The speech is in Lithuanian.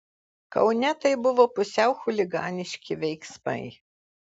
kaune tai buvo pusiau chuliganiški veiksmai